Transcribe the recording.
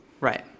Right